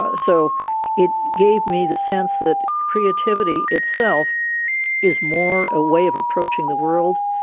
ah so it gave me the sense that creativity itself is more a way of approaching the world,